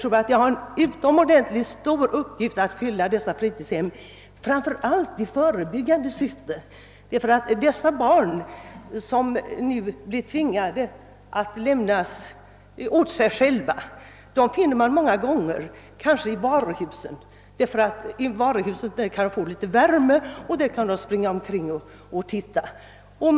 Fritidshemmen har en utomordentligt stor uppgift att fylla, framför allt i förebyggande syfte. Man finner ofta de barn, som nu blir lämnade åt sig själva, på t.ex. varuhusen där de kan få en smula värme och kan sysselsätta sig med att se sig omkring.